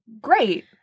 Great